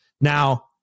Now